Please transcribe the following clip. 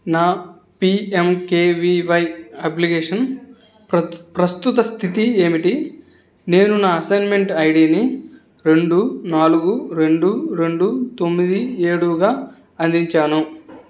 నా PMKVY application ప్ర ప్రస్తుత స్థితి ఏమిటి నేను నా అసైన్మెంట్ ఐడిని రెండు నాలుగు రెండు రెండు తొమ్మిది ఏడుగా అందించాను